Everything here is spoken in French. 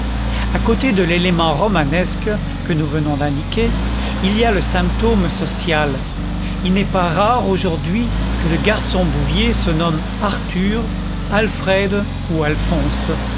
à côté de l'élément romanesque que nous venons d'indiquer il y a le symptôme social il n'est pas rare aujourd'hui que le garçon bouvier se nomme arthur alfred ou alphonse